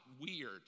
weird